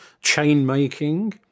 chain-making